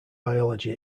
biology